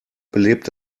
belebt